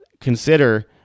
consider